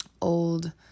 old